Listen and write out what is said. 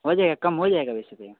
हो जाएगा कम हो जाएगा वैसे भैया